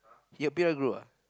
he your P_W group ah